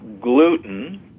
gluten